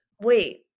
Wait